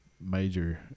major